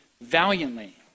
valiantly